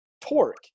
torque